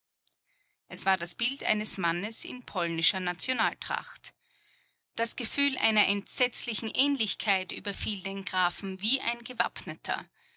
es war das bild eines mannes in polnischer nationaltracht das gefühl einer entsetzlichen ähnlichkeit überfiel den grafen wie ein gewappneter